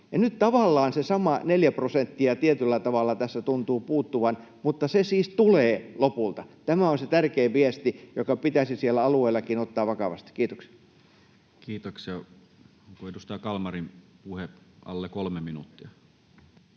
nyt tavallaan se sama neljä prosenttia tuntuu tietyllä tavalla tässä puuttuvan, mutta se siis tulee lopulta. Tämä on se tärkein viesti, joka pitäisi siellä alueellakin ottaa vakavasti. — Kiitoksia. [Speech 163] Speaker: Toinen